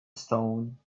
stone